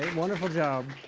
and wonderful job.